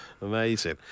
amazing